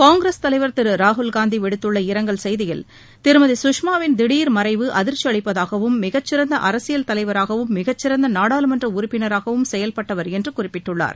காங்கிரஸ் தலைவர் திரு ராகுல்காந்தி விடுத்துள்ள இரங்கல் செய்தியில் திருமதி சுஷ்மாவின் திடர் மறைவு அதிர்ச்சியளிப்பதாகவும் மிகச்சிறந்த அரசியல் தலைவராகவும் மிகச்சிறந்த நாடாளுமன்ற உறுப்பினராகவும் செயல்பட்டவர் என்று குறிப்பிட்டுள்ளார்